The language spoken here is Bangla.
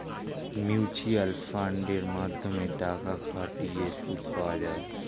মিউচুয়াল ফান্ডের মাধ্যমে টাকা খাটিয়ে সুদ পাওয়া যায়